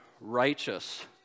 righteous